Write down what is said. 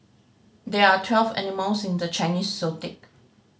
there are twelve animals in the Chinese Zodiac